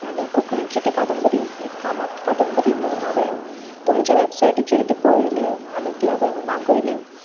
आनी कोंकणीची ती कादंबरी एक फामाद कादंबरी म्हणून हांवें तुमच्या वेबसायटीचेर ती पळयली आनी ती हांवेंन मागयली